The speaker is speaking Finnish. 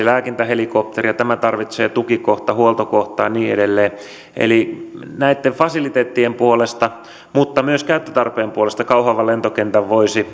lääkintähelikopteria ja se tarvitsee tukikohtaa huoltokohtaa ja niin edelleen eli näitten fasiliteettien puolesta mutta myös käyttötarpeen puolesta kauhavan lentokentän voisi